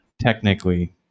Technically